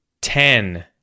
ten